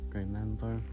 remember